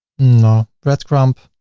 no. bread crumb